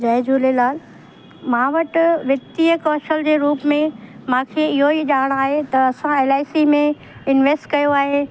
जय झूलेलाल मां वटि वित्तीय कौशल जे रूप में मूंखे इहो ई ॼाणु आहे त असां एलआईसी में इंवेस्ट कयो आहे